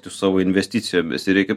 su savo investicijomis ir reikia